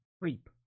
creep